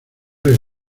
los